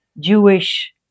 Jewish